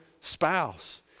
spouse